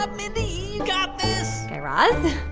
um mindy. you got this guy raz